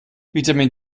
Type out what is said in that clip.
vitamin